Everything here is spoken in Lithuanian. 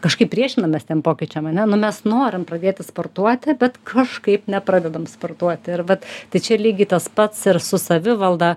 kažkaip priešinamės tiem pokyčiam ane nu mes norim pradėti sportuoti bet kažkaip nepradedam sportuoti ir vat tai čia lygiai tas pats ir su savivalda